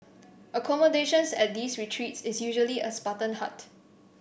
accommodation at these retreats is usually a spartan hut